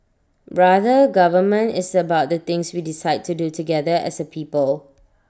rather government is about the things we decide to do together as A people